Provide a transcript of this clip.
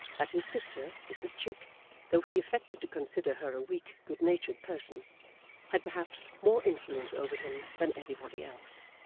that his sister, mrs chick though he affected to consider her a weak good-natured person had perhaps more influence over him than anybody else.